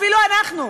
אפילו אנחנו,